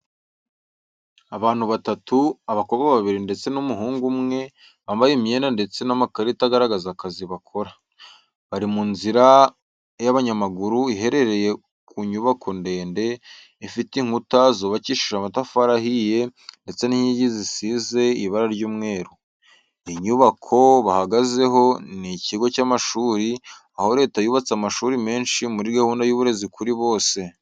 Abantu batatu, abakobwa babiri ndetse n’umuhungu umwe bambaye imyenda ndetse n’amakarita agaragaza akazi bakora. Bari mu nzira y’abanyamaguru iherereye ku nyubako ndende, ifite inkuta zubakishije amatafari ahiye ndetse n’inkingi zisize ibara ry'umweru. Iyi nyubako bahagazeho ni ikigo cy’amashuri, aho Leta yubatse amashuri menshi muri gahunda y’uburezi kuri bose.